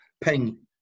ping